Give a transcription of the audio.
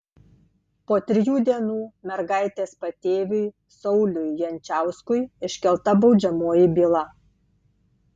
po trijų dienų mergaitės patėviui sauliui jančiauskui iškelta baudžiamoji byla